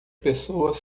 pessoas